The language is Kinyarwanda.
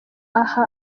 aha